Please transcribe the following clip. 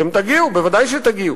אתם תגיעו, ודאי שתגיעו.